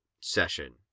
session